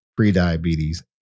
prediabetes